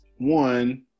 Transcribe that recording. One